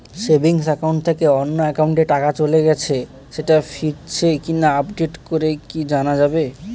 Savings account থেকে অন্য একাউন্টে টাকা চলে গেছে সেটা ফিরেছে কিনা আপডেট করে কি জানা যাবে?